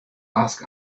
ask